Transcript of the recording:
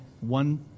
one